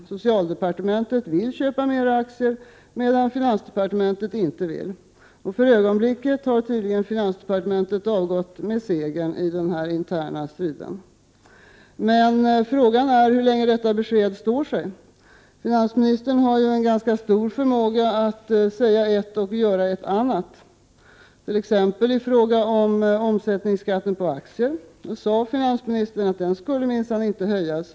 Socialdepartementet vill köpa mer aktier, medan finansdepartementet inte vill göra det. För ögonblicket har tydligen finansdepartementet avgått med segern i den här interna striden. Men frågan är hur länge detta besked står sig. Finansministern har ju en ganska stor förmåga att säga ett och göra ett annat. T.ex. i fråga om omsättningsskatten på aktier sade finansministern att den minsann inte skulle höjas.